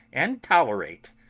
and tolerate,